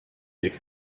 avec